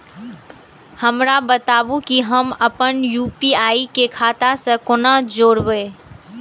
हमरा बताबु की हम आपन यू.पी.आई के खाता से कोना जोरबै?